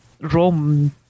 Rome